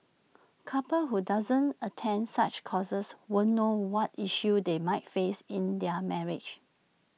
couples who don't attend such courses won't know what issues they might face in their marriage